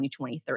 2023